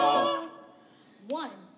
One